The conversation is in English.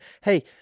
Hey